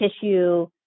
tissue